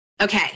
Okay